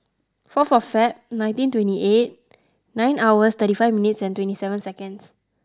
four of Feb nineteen twenty eight nine hours thirty five minutes and twenty seven seconds